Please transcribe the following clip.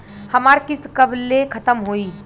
हमार किस्त कब ले खतम होई?